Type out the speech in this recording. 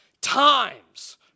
times